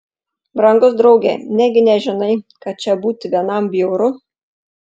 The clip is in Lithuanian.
brangus drauge negi nežinai kad čia būti vienam bjauru